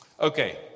Okay